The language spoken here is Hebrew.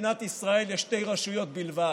שבמדינת ישראל יש שתי רשויות בלבד,